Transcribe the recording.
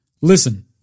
Listen